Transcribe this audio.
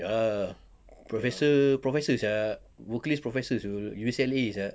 ya ah professor professor sia vocalist professor [siol] U_C_L_A sia